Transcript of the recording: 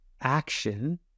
action